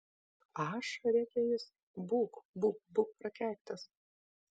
aš rėkė jis būk būk būk prakeiktas